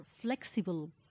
flexible